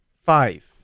Five